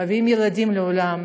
מביאים ילדים לעולם,